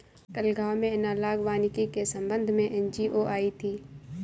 कल गांव में एनालॉग वानिकी के संबंध में एन.जी.ओ आई थी